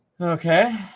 Okay